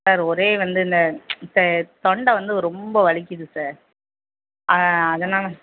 sir ஒரே வந்து இந்த இப்ப தொண்டை வந்து ஒரு ரொம்ப வலிக்கிது சார் ஆ அதனால